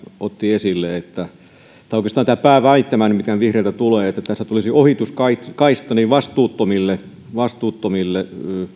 otti esille tai oikeastaan tämä pääväittämä mikä vihreiltä tulee että tässä tulisi ohituskaista vastuuttomille vastuuttomille